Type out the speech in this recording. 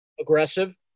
Aggressive